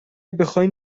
بخواین